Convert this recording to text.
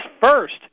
first